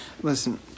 Listen